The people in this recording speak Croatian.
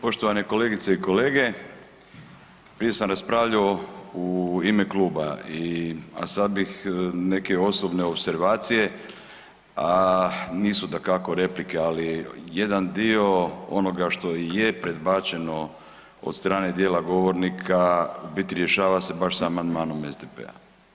Poštovane kolegice i kolege, prije sam raspravljao u ime kluba a sad bih neke osobne opservacije a nisu dakako replike ali jedan dio onoga što je predbačeno od strane dijela govornika u biti rješava baš sa amandmanom SDP-a.